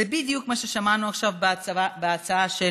זה בדיוק מה ששמענו עכשיו בהצעה של